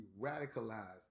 radicalized